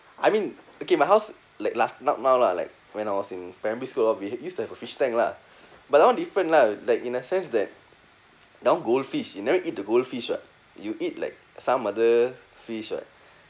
I mean okay my house like last not now lah like when I was in primary school lor we used to have a fish tank lah but that one different lah like in a sense that that one goldfish you never eat the goldfish what you eat like some other fish what